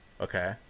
Okay